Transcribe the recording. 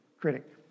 critic